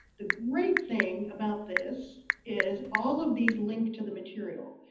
the great thing about this is all of these link to the material.